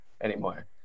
anymore